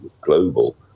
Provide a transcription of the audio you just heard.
global